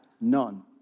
none